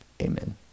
Amen